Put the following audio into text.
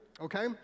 Okay